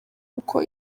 uko